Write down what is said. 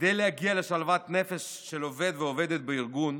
כדי להגיע לשלוות נפש של עובד ועובדת בארגון,